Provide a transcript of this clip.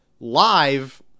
Live